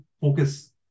focus